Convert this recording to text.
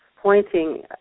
pointing